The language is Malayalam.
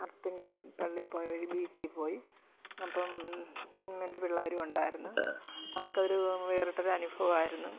അർത്തിങ്കൽ പള്ളിയിൽപ്പോയ വഴി ബീച്ചിൽ പോയി അപ്പം എൻ്റെ പിള്ളേരും ഉണ്ടായിരുന്നു അവർക്കൊരു വേറിട്ടൊരു അനുഭവമായിരുന്നു